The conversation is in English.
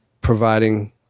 providing